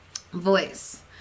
voice